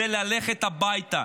זה ללכת הביתה.